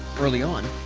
early on,